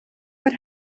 what